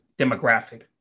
demographic